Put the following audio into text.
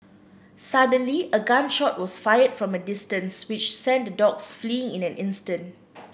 suddenly a gun shot was fired from a distance which sent the dogs fleeing in an instant